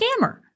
scammer